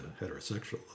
heterosexual